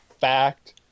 fact